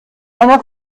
einer